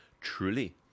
truly